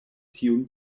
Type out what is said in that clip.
tiun